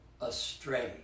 astray